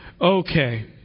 okay